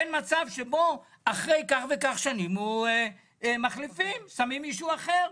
אין מצב שאחרי כך וכך שנים מחליפים ושמים מישהו אחר?